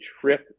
trip